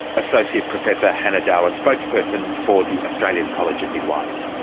associate professor hannah dahlen, spokesperson for the australia and college of midwives.